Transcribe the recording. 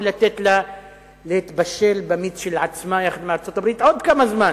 או לתת לה להתבשל במיץ של עצמה יחד עם ארצות-הברית עוד כמה זמן.